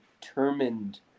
determined